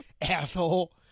Asshole